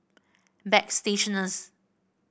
bagstationz